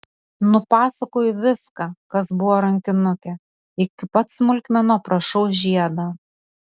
nupasakoju viską kas buvo rankinuke iki pat smulkmenų aprašau žiedą